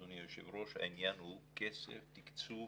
אדוני היושב ראש, כסף ותקצוב.